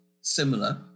similar